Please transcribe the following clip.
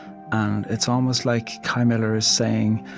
and it's almost like kei miller is saying,